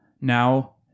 now